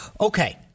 Okay